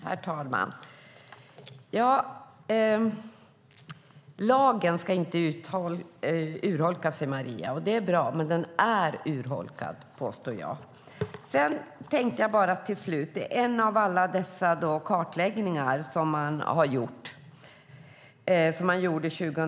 Herr talman! Lagen ska inte urholkas, säger Maria. Det är bra. Men den är urholkad, påstår jag. År 2010 gjorde man en av alla dessa kartläggningar som har gjorts.